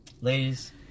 ladies